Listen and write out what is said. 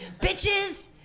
Bitches